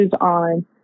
on